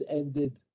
ended